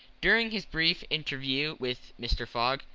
during his brief interview with mr. fogg,